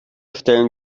stellen